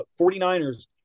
49ers